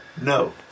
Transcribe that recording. No